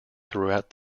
throughout